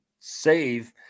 save